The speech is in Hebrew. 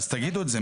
אז תגידו את זה.